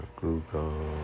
Google